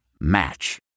Match